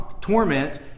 torment